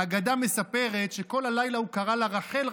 האגדה מספרת שכל הלילה הוא קרא לה: רחל,